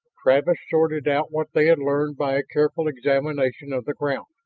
travis sorted out what they had learned by a careful examination of the ground.